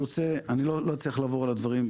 אני לא אצליח לעבור על הדברים,